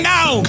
Now